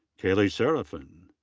kailey cerefin.